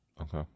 Okay